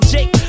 Jake